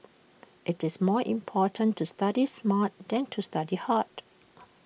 IT is more important to study smart than to study hard